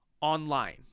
online